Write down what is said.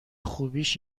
خوبیش